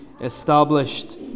established